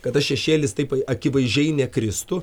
kad tas šešėlis taip akivaizdžiai nekristų